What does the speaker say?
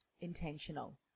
intentional